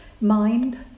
Mind